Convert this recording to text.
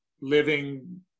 living